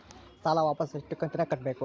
ಸಾಲ ವಾಪಸ್ ಎಷ್ಟು ಕಂತಿನ್ಯಾಗ ಕಟ್ಟಬೇಕು?